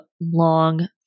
long